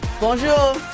Bonjour